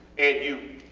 and you,